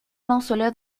mausoleos